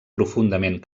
profundament